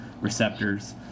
receptors